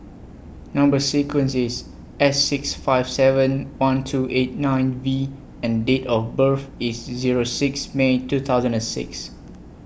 Number sequence IS S six five seven one two eight nine V and Date of birth IS Zero six May two thousand and six